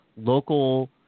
local